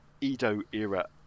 Edo-era